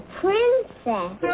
princess